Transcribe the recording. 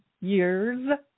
years